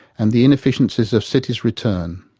and the inefficiencies of cities return.